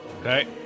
Okay